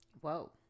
Whoa